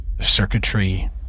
circuitry